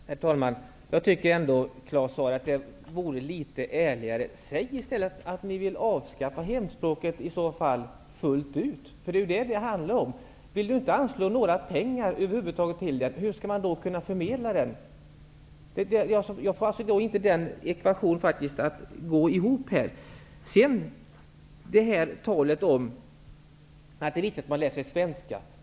Herr talman! Jag tycker att det ändå vore litet ärligare, Claus Zaar, att i stället säga att ni vill avskaffa hemspråksundervisningen fullt ut. Det är ju vad det handlar om. Hur skall man kunna förmedla undervisning när ni över huvud taget inte vill anslå några pengar? Jag får faktiskt inte ekvationen att gå ihop. Sedan talas det om att det är viktigt att man läser svenska.